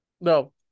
No